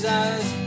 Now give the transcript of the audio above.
eyes